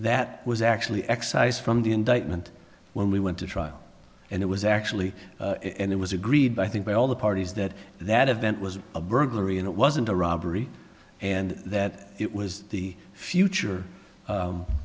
that was actually excised from the indictment when we went to trial and it was actually and it was agreed by thing by all the parties that that event was a burglary and it wasn't a robbery and that it was the future